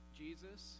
jesus